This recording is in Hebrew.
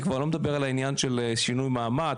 אני כבר לא מדבר על העניין של שינוי מעמד,